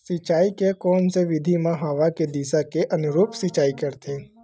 सिंचाई के कोन से विधि म हवा के दिशा के अनुरूप सिंचाई करथे?